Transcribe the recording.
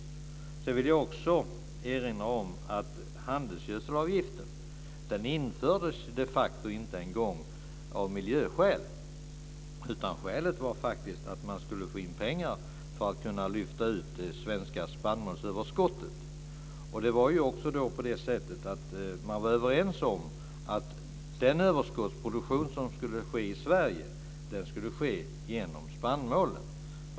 Sedan vill jag också erinra om att handelsgödselavgiften de facto inte infördes en gång av miljöskäl. Skälet var faktiskt att man skulle få in pengar för att kunna lyfta ut det svenska spannmålsöverskottet. Det var ju också på det sättet att man var överens om att den överskottsproduktion som skulle ske i Sverige skulle ske genom spannmål.